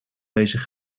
bezig